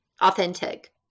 authentic